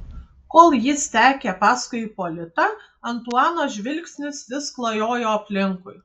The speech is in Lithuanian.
kol jis sekė paskui ipolitą antuano žvilgsnis vis klajojo aplinkui